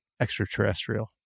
extraterrestrial